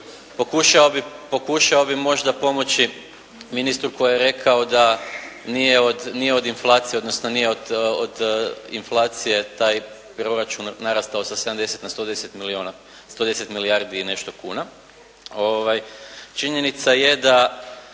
pokušao bih možda pomoći ministru koji je rekao da nije od inflacije, odnosno nije od inflacije, odnosno nije od inflacije taj proračun narastao sa 70 na 110 milijardi i nešto kuna. Činjenica je da